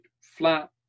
flat